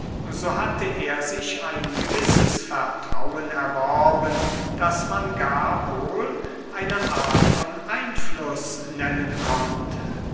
so hatte er sich ein gewisses vertrauen erworben das man gar wohl eine art von einfluß nennen konnte